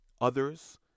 others